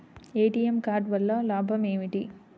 ATM card వల్ల లాభం ఏమిటి?